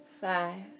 Five